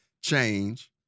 change